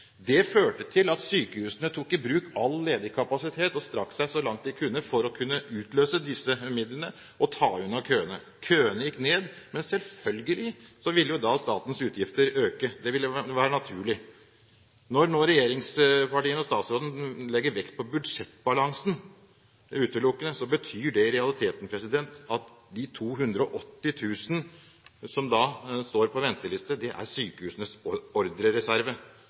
Det førte til at sykehusene tok i bruk all ledig kapasitet og strakk seg så langt de kunne, for å kunne utløse disse midlene og ta unna køene. Køene gikk ned, men selvfølgelig ville jo da statens utgifter øke. Det ville være naturlig. Når nå regjeringspartiene og statsråden utelukkende legger vekt på budsjettbalansen, betyr det i realiteten at de 280 000 som da står på venteliste, er sykehusenes ordrereserve.